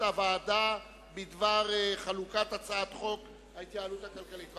הוועדה בדבר חלוקת הצעת חוק ההתייעלות הכלכלית.